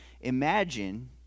imagine